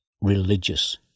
religious